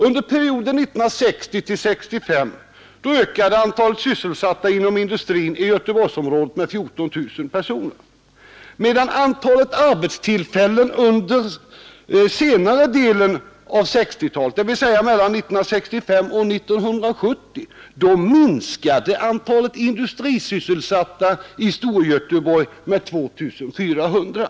Under perioden 1960—1965 ökade antalet sysselsatta inom industrin i Göteborgsområdet med 14 000 personer, men under senare delen av 1960-talet, dvs. mellan 1965 och 1970, minskade antalet industrisysselsatta i Storgöteborg med 2 400.